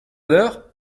l’heure